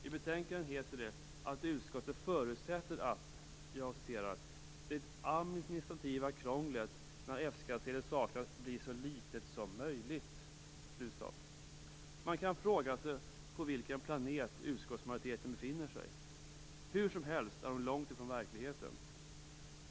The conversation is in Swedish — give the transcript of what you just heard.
I betänkandet sägs det att utskottet förutsätter att "det administrativa krånglet när F-skattsedel saknas blir så litet som möjligt". Man kan fråga sig på vilken planet utskottsmajoriteten befinner sig. Hur som helst är man långt från verkligheten.